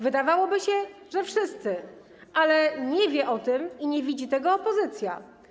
Wydawałoby się, że wszyscy, ale nie wie o tym i nie widzi tego opozycja.